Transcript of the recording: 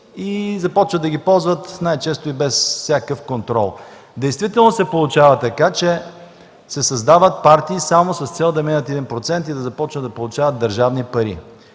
субсидии и ги ползват, най-често и без всякакъв контрол. Действително се получава така, че се създават партии само с цел да минат единия процент и да започнат да получават държавни пари.